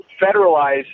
federalize